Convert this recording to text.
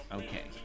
okay